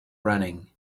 running